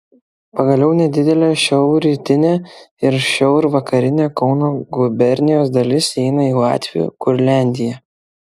pagaliau nedidelė šiaurrytinė ir šiaurvakarinė kauno gubernijos dalis įeina į latvių kurliandiją